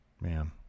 Man